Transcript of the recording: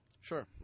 Sure